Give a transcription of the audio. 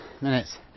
minutes